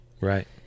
Right